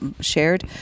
shared